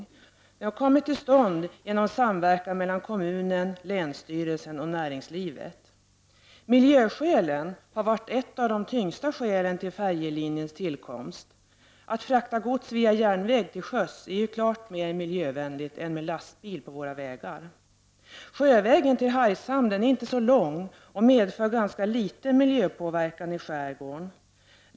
Detta har kommit till stånd genom samverkan mellan kommunen, länsstyrelsen och näringslivet. Miljöfaktorn har varit ett av de skäl som har vägt tyngst när det gäller färjelinjens tillkomst. Att frakta gods via järnväg och till sjöss är ju klart mer miljövänligt än att frakta gods med lastbil på våra vägar. Sjövägen till Hargshamn är inte så lång, och den medför ganska litet av miljöpåverkan i skärgården.